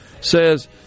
says